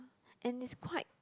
and it's quite